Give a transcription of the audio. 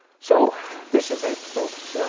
so this is it, folks.